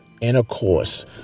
intercourse